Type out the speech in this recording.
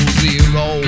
zero